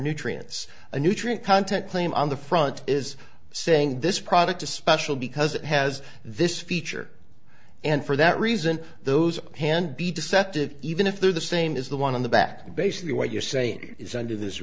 nutrients a nutrient content claim on the front is saying this product is special because it has this feature and for that reason those hand be deceptive even if they're the same as the one in the back basically what you're saying is under this